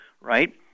right